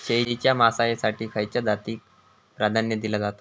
शेळीच्या मांसाएसाठी खयच्या जातीएक प्राधान्य दिला जाता?